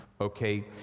okay